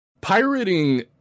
pirating